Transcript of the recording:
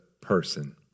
person